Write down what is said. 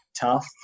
tough